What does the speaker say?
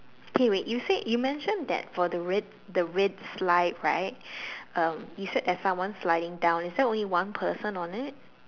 K wait you said you mentioned that for the red the red slide right um you said there's someone sliding down is there only one person on it